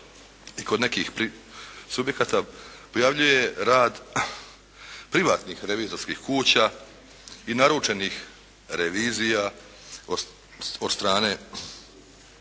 i kod nekih subjekata prijavljuje rad privatnih revizorskih kuća i naručenih revizija od strane